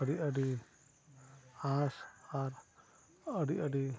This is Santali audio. ᱟᱹᱰᱤ ᱟᱹᱰᱤ ᱟᱸᱥ ᱟᱨ ᱟᱹᱰᱤ ᱟᱹᱰᱤ